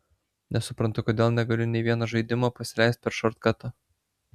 nesuprantu kodėl negaliu nei vieno žaidimo pasileist per šortkatą